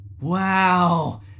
Wow